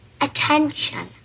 Attention